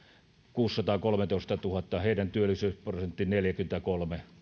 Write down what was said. kuusisataakolmetoistatuhatta ja heidän työllisyysprosenttinsa neljäkymmentäkolme